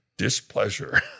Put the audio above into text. displeasure